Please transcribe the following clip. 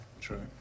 True